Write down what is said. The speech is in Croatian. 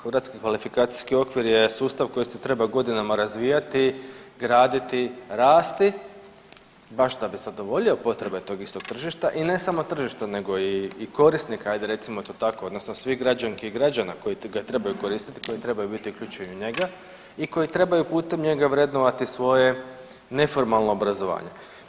Hrvatski kvalifikacijski okvir je sustav koji se treba godinama razvijati graditi, rasti baš da bi zadovoljio potrebe tog istog tržišta i ne samo tržišta nego i korisnika ajde recimo to tako odnosno svih građanki i građana koji ga trebaju koristiti koji trebaju biti uključeni u njega i koji trebaju putem njega vrednovati svoje neformalno obrazovanje.